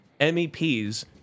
MEPs